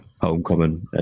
homecoming